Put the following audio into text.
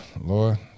Lord